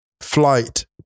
flight